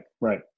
right